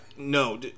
No